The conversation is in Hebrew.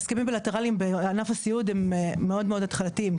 ההסכמים הבילטרליים בענף הסיעוד הם מאוד התחלתיים.